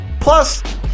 plus